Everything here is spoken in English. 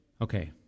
okay